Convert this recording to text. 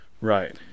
Right